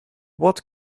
what